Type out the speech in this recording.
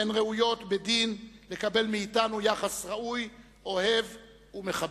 והן ראויות בדין לקבל מאתנו יחס ראוי, אוהב ומחבק.